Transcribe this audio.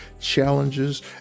challenges